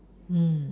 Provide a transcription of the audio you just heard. mm